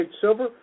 silver